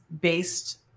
based